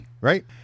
right